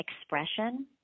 expression